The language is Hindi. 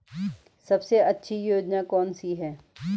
सबसे अच्छी योजना कोनसी है?